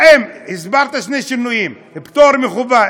הסברת שני שינויים: פטור מחובה,